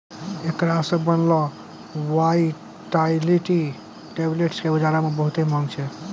एकरा से बनलो वायटाइलिटी टैबलेट्स के बजारो मे बहुते माँग छै